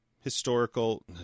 historical